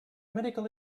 medical